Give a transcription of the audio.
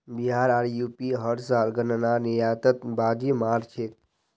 बिहार आर यू.पी हर साल गन्नार निर्यातत बाजी मार छेक